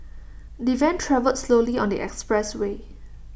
the van travelled slowly on the expressway